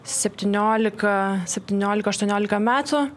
septyniolika septyniolika aštuoniolika metų